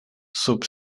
sub